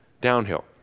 Downhill